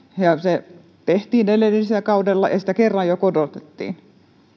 se tehtiin edellisellä kaudella ja sitä jo kerran korotettiin